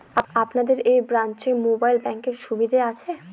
আপনাদের এই ব্রাঞ্চে মোবাইল ব্যাংকের সুবিধে আছে?